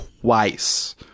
twice